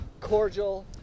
cordial